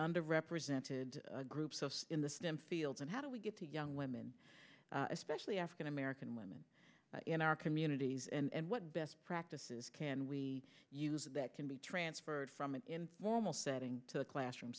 under represented groups in the stem fields and how do we get to young women especially african american women in our communities and what best practices can we use that can be transferred from an informal setting to a classroom